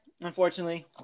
unfortunately